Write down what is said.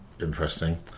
interesting